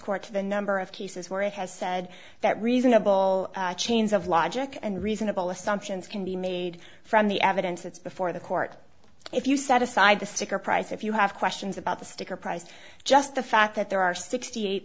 court to the number of cases where it has said that reasonable chains of logic and reasonable assumptions can be made from the evidence that's before the court if you set aside the sticker price if you have questions about the sticker price just the fact that there are sixty eight